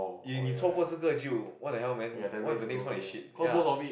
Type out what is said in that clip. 你错过这个就: ni cuo guo zhe ge jiu what the hell man what if the next one is shit